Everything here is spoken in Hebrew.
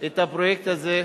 את הפרויקט הזה.